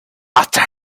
after